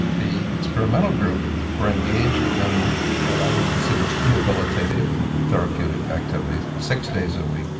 the experimental group were engaged in what i would consider rehabilitative and therapeutic activities six days a week,